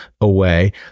away